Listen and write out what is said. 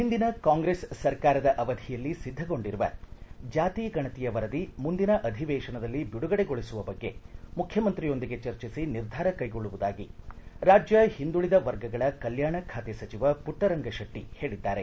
ಹಿಂದಿನ ಕಾಂಗ್ರೆಸ್ ಸರ್ಕಾರದ ಅವಧಿಯಲ್ಲಿ ಒದ್ದಗೊಂಡಿರುವ ಜಾತಿ ಗಣತಿಯ ವರದಿ ಮುಂದಿನ ಅಧಿವೇತನದಲ್ಲಿ ಬಿಡುಗಡೆಗೊಳಿಸುವ ಬಗ್ಗೆ ಮುಖ್ಯಮಂತ್ರಿಯೊಂದಿಗೆ ಚರ್ಚಿಸಿ ನಿರ್ಧಾರ ಕೈಗೊಳ್ಳುವುದಾಗಿ ರಾಜ್ಯ ಹಿಂದುಳಿದ ವರ್ಗಗಳ ಕಲ್ಕಾಣ ಖಾತೆ ಸಚಿವ ಪುಟ್ಟರಂಗಶೆಟ್ಟಿ ಹೇಳಿದ್ದಾರೆ